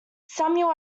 samuel